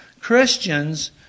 Christians